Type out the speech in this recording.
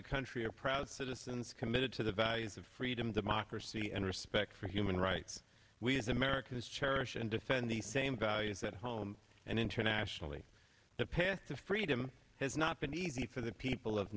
a country are proud citizens committed to the values of freedom democracy and respect for human rights we as americans cherish and defend the same values at home and internationally the path to freedom has not been easy for the people of